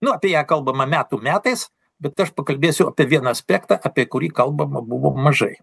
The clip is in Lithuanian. nu apie ją kalbama metų metais bet aš pakalbėsiu apie vieną aspektą apie kurį kalbama buvo mažai